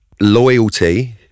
loyalty